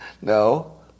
No